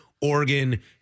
Oregon